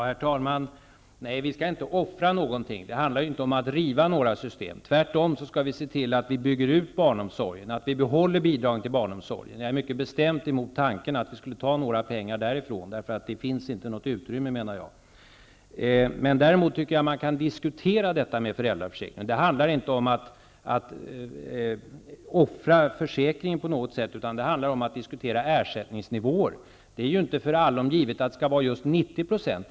Herr talman! Vi skall inte offra någonting. Det handlar inte om att riva några system, tvärtom. Vi skall se till att bygga ut barnomsorgen och att behålla bidragen till barnomsorgen. Jag är mycket bestämt emot tanken att ta några pengar därifrån. Det finns inte något utrymme till det. Man kan däremot diskutera detta med föräldraförsäkring. Det handlar inte om att offra försäkringen på något sätt, utan det handlar om att diskutera ersättningsnivåer. Det är ju inte allom givet att det skall vara just 90 %.